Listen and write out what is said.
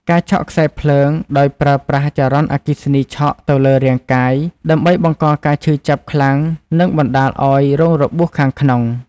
ការឆក់ខ្សែភ្លើង ដោយប្រើប្រាស់ចរន្តអគ្គិសនីឆក់ទៅលើរាងកាយដើម្បីបង្កការឈឺចាប់ខ្លាំងនិងបណ្ដាលឱ្យរងរបួសខាងក្នុង។